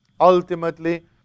Ultimately